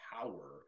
power